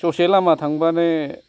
ससे लामा थांबानो